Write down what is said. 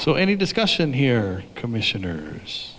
so any discussion here commissioner